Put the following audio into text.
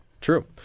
True